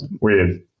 Weird